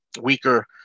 weaker